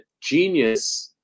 genius –